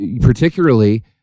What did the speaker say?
particularly